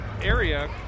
area